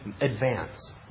advance